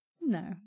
No